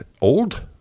old